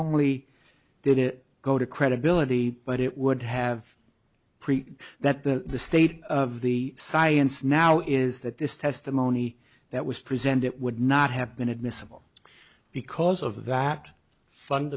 only did it go to credibility but it would have preferred that the state of the science now is that this testimony that was presented it would not have been admissible because of that fund